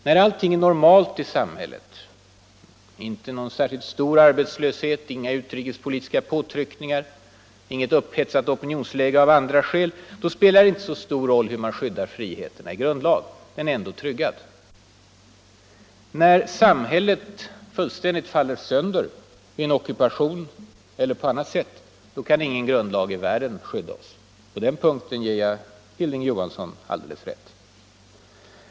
När allting är normalt i samhället — inte någon särskilt stor arbetslöshet, inga utrikespolitiska påtryckningar, inget upp hetsat opinionsläge av andra skäl — då spelar det inte så stor roll hur man skyddar friheten i grundlagen. Den är ändå tryggad. När samhället fullständigt faller sönder, vid en ockupation eller på annat sätt, kan ingen grundlag i världen skydda oss. På den punkten ger jag Hilding Johansson i Trollhättan alldeles rätt.